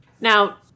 Now